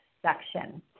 section